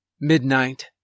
Midnight